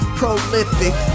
prolific